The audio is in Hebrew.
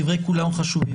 דברי כולם חשובים.